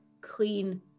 clean